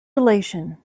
relation